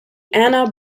anna